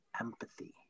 empathy